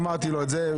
עדכנתי אותי.